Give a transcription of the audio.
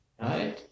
right